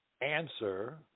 answer